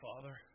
Father